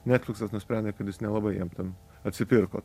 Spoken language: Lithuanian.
netfliksas nusprendė kad jis nelabai jam ten atsipirko